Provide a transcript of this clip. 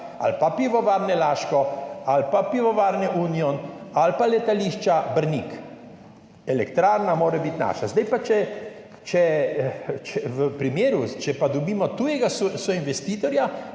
ali pa Pivovarne Laško ali pa Pivovarne Union ali pa letališča Brnik. Elektrarna mora biti naša. Če dobimo tujega soinvestitorja,